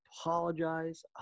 apologize